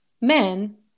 men